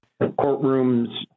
courtrooms